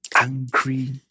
angry